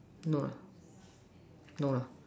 no no lah